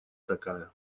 такая